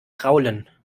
kraulen